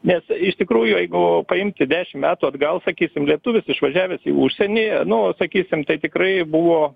nes iš tikrųjų jeigu paimti dešim metų atgal sakysim lietuvis išvažiavęs į užsienį nu sakysim tai tikrai buvo